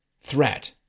threat